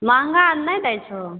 महँगा नहि दै छहो